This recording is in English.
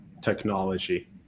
technology